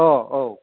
अ औ